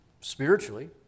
spiritually